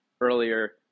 earlier